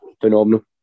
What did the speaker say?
phenomenal